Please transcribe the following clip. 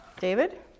David